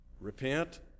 Repent